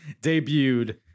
debuted